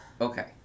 Okay